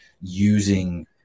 Using